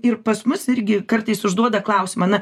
ir pas mus irgi kartais užduoda klausimą na